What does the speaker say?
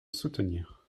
soutenir